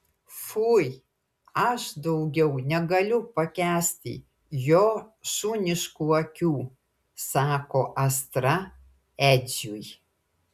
fui aš daugiau negaliu pakęsti jo šuniškų akių sako astra edžiui